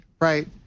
Right